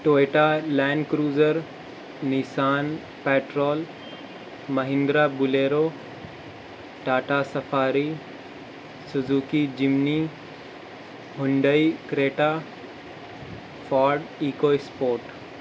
Toyota Land Cruiser Nissan Patrol Mahindra Bolero Tata Safari Suzuki Jimny Hyundai Creta Ford eco sport